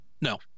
no